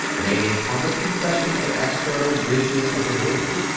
made a public confession of external breaches of the rule.